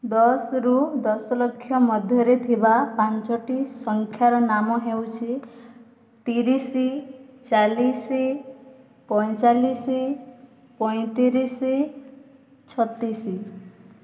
ଦଶରୁ ଦଶଲକ୍ଷ ମଧ୍ୟରେ ଥିବା ପାଞ୍ଚଟି ସଂଖ୍ୟାର ନାମ ହେଉଛି ତିରିଶ ଚାଳିଶ ପଇଁଚାଳିଶ ପଇଁତିରିଶ ଛତିଶ